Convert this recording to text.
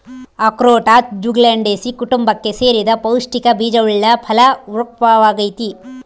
ಅಖ್ರೋಟ ಜ್ಯುಗ್ಲಂಡೇಸೀ ಕುಟುಂಬಕ್ಕೆ ಸೇರಿದ ಪೌಷ್ಟಿಕ ಬೀಜವುಳ್ಳ ಫಲ ವೃಕ್ಪವಾಗೈತಿ